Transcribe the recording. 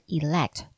elect